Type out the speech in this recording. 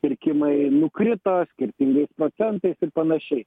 pirkimai nukrito skirtingais procentais ir panašiai